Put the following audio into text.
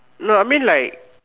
no I mean like